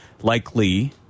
likely